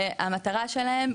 שהמטרה שלהם,